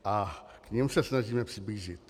A jim se snažíme přiblížit.